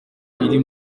iri